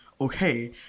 okay